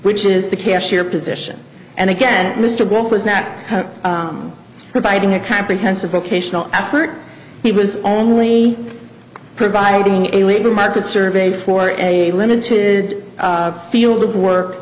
which is the cashier position and again mr gold was not providing a comprehensive vocational effort he was only providing a labor market survey for a limited field of work